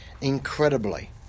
incredibly